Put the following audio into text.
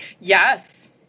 yes